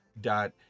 dot